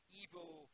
evil